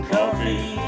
Coffee